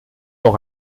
doch